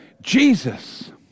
Jesus